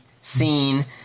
seen